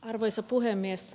arvoisa puhemies